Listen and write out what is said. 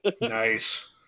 Nice